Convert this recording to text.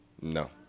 No